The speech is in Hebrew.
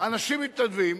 אנשים מתנדבים,